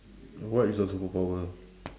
what is your superpower